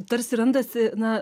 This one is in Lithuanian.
tarsi randasi na